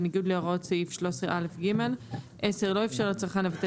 בניגוד להוראות סעיף 13א(ג); 10.לא אפשר לצרכן לבטל